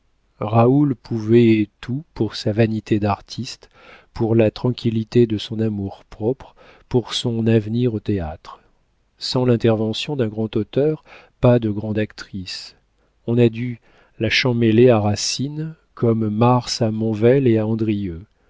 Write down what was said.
raoul pouvait tout pour sa vanité d'artiste pour la tranquillité de son amour-propre pour son avenir au théâtre sans l'intervention d'un grand auteur pas de grande actrice on a dû la champmeslé à racine comme mars à monvel et à